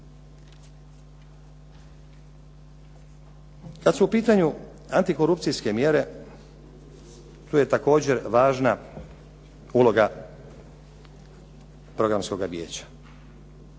Kad su u pitanju antikorupcijske mjere tu je također važna uloga programskoga vijeća.